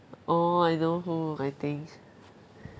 orh I know who I think